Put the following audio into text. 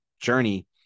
journey